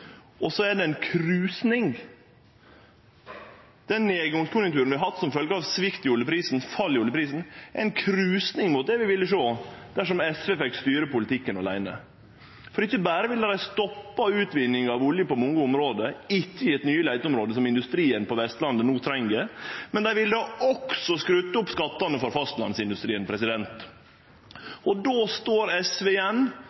som følgje av fall i oljeprisen, er ei krusing mot det vi ville sett dersom SV fekk styre politikken åleine. For ikkje berre ville dei ha stoppa utvinninga av olje på mange område og ikkje gjeve nye leiteområde som industrien på Vestlandet no treng, men dei ville også ha skrudd opp skattane for fastlandsindustrien.